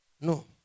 No